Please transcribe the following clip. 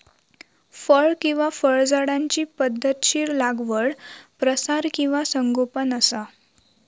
फळ किंवा फळझाडांची पध्दतशीर लागवड प्रसार किंवा संगोपन असा